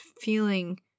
feeling